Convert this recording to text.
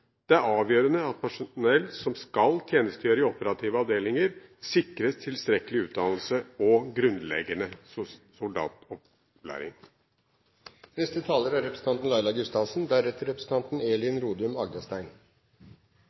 Det er avgjørende at personell som skal tjenestegjøre i operative avdelinger, sikres tilstrekkelig utdannelse og grunnleggende